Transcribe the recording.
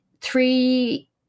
three